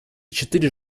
четыре